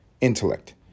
intellect